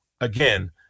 again